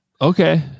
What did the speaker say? Okay